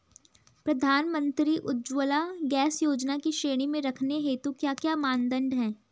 प्रधानमंत्री उज्जवला गैस योजना की श्रेणी में रखने हेतु क्या क्या मानदंड है?